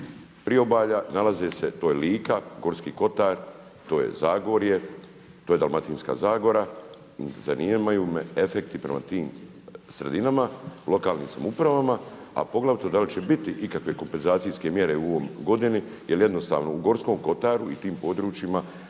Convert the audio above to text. priobalja. To je Lika, Gorski kotar, to je Zagorje, to je Dalmatinska zagora i zanimaju me efekti prema tim sredinama, lokalnim samoupravama, a poglavito da li će biti ikakve kompenzacijske mjere u ovoj godini jer jednostavno u Gorskom kotaru i tim područjima